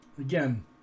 Again